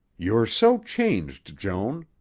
you're so changed, joan,